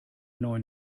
neuen